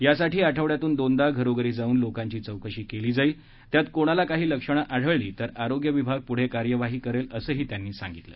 या साठी आठवड्यातून दोनदा घरोघरी जाऊन लोकांची चौकशी करण्यात येईल त्यात कोणाला काही लक्षणं आढळल्यास आरोग्य विभाग पुढे कार्यवाही करेल असंही त्यांनी सांगितलं